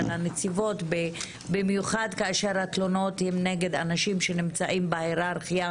הנציבות במיוחד כשהתלונות הן נגד אנשים שנמצאים מעליהן בהיררכיה,